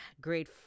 great